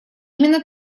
именно